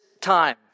time